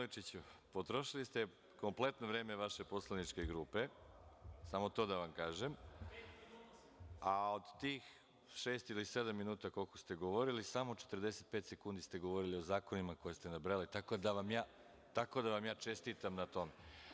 Kolega Milojičiću, potrošili ste kompletno vreme vaša poslaničke grupe, samo to da vam kažem, a od tih šest ili sedam minuta koliko ste govorili, samo 45 sekundi ste govorili o zakonima koje ste nabrajali, tako da vam ja čestitam na tome.